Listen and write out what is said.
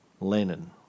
Lenin